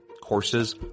courses